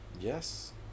Yes